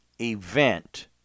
event